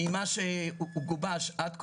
ממה שגובש עד כה,